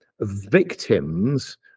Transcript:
victims